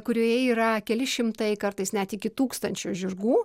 kurioje yra keli šimtai kartais net iki tūkstančio žirgų